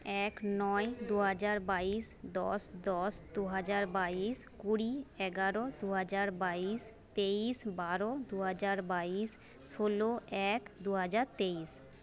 এক নয় দুহাজার বাইশ দশ দশ দুহাজার বাইশ কুড়ি এগারো দুহাজার বাইশ তেইশ বারো দুহাজার বাইশ ষোলো এক দুহাজার তেইশ